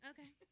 Okay